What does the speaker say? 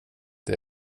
det